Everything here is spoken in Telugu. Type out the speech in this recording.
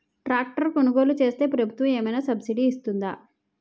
ట్రాక్టర్ కొనుగోలు చేస్తే ప్రభుత్వం ఏమైనా సబ్సిడీ ఇస్తుందా?